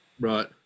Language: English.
Right